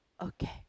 Okay